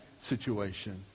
situation